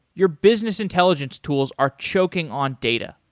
your business intelligence tools are choking on data.